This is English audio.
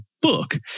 book